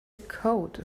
code